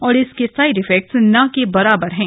और इसके side effect ना के बराबर हा